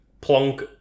plonk